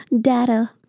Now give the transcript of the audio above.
data